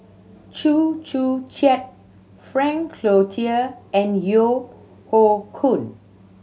Chew Joo Chiat Frank Cloutier and Yeo Hoe Koon